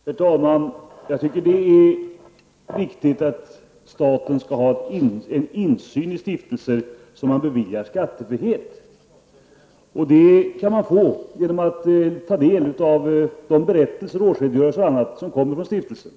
Herr talman! Jag tycker att det är viktigt att staten har insyn i stiftelser som man beviljar skattefrihet. Och det kan man få genom att ta del av de berättelser, årsredogörelser och annat som kommer från stiftelsen.